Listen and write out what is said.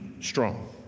strong